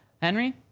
Henry